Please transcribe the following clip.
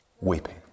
Weeping